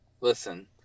listen